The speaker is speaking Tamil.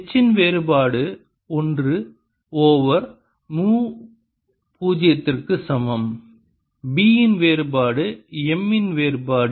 H இன் வேறுபாடு ஒன்று ஓவர் மு பூஜ்ஜியத்திற்கு சமம் B இன் வேறுபாடு M இன் வேறுபாடு